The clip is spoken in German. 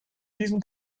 diesem